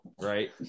right